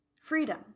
Freedom